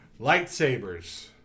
Lightsabers